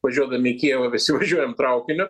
važiuodami į kijevą visi važiuojam traukiniu